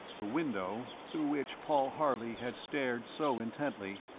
the window, through which paul harley had stared so intently,